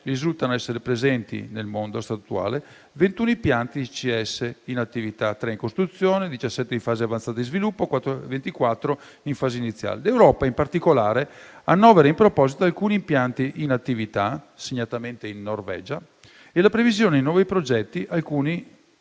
risultano essere presenti nel mondo 21 impianti CCS in attività, 3 in costruzione, 17 in fase avanzata di sviluppo e 24 in fase iniziale. L'Europa, in particolare, annovera in proposito alcuni impianti in attività, segnatamente in Norvegia, e ha in previsione nuovi progetti, alcuni